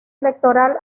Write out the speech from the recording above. electoral